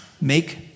make